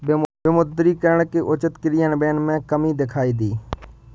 विमुद्रीकरण के उचित क्रियान्वयन में कमी दिखाई दी